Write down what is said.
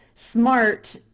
smart